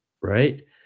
Right